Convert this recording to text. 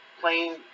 playing